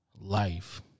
life